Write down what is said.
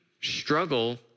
struggle